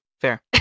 fair